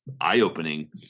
eye-opening